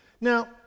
Now